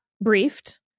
briefed